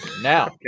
now